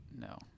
no